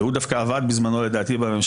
והוא דווקא עבד בזמנו בממשלה,